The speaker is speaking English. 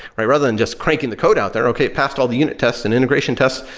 right? rather than just cranking the code out there, okay, passed all the unit tests and integration tests,